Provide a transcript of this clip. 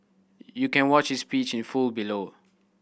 you can watch his speech in full below